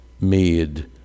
made